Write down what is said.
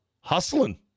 hustling